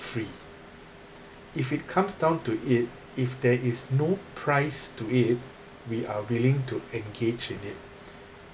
free if it comes down to it if there is no price to it we are willing to engage in it